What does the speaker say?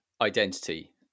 identity